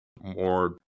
more